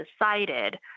decided